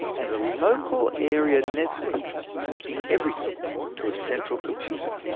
and a local area network connecting everything to a central computer.